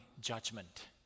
judgment